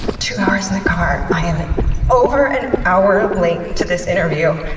two hours in the car. i am an over an hour late to this interview.